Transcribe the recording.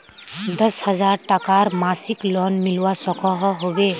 दस हजार टकार मासिक लोन मिलवा सकोहो होबे?